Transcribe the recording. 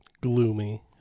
gloomy